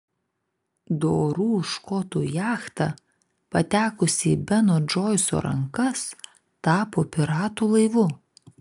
dorų škotų jachta patekusi į beno džoiso rankas tapo piratų laivu